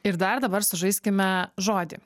ir dar dabar sužaiskime žodį